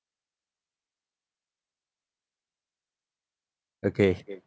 okay